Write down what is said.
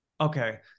okay